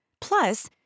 Plus